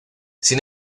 sin